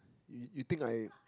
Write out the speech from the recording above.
you you think I